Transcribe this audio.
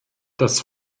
dass